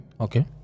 Okay